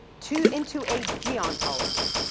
to into a geontology.